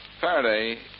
Faraday